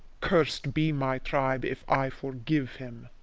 cursed be my tribe if i forgive him!